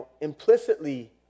implicitly